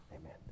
amen